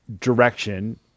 direction